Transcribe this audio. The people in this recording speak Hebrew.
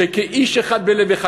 ש"כאיש אחד בלבד אחד".